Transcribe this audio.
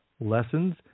lessons